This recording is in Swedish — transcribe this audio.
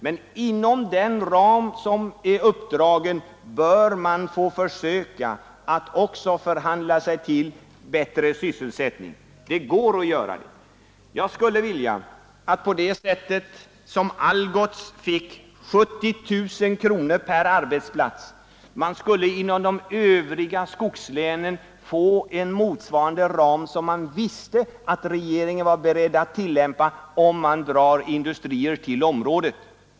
Men inom den ram som är uppdragen bör man försöka att också förhandla sig till bättre sysselsättning. Det går att göra det. Algots fick 70 000 kronor per arbetsplats. Jag skulle vilja att man i de övriga skogslänen fick en motsvarande ram, som man visste att regeringen var beredd att tillämpa, om man drar industrier till området.